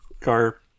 car